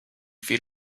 feet